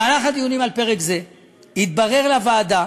בדיונים על פרק זה התברר לוועדה